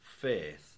faith